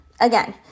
again